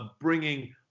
bringing